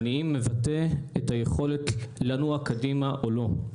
עניים מבטא את היכולת לנוע קדימה או לא.